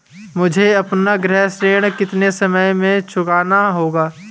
मुझे अपना गृह ऋण कितने समय में चुकाना होगा?